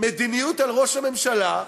מדיניות על ראש הממשלה.